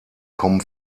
kommen